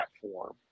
platform